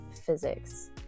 physics